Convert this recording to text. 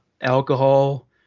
alcohol